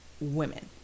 women